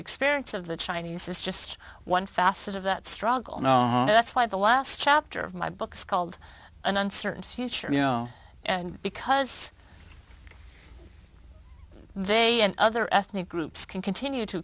experience of the chinese is just one facet of that struggle and that's why the last chapter of my book's called an uncertain future you know and because they and other ethnic groups can continue to